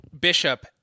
Bishop